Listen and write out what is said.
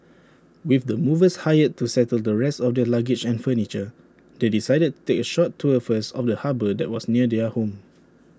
with the movers hired to settle the rest of their luggage and furniture they decided to take A short tour first of the harbour that was near their home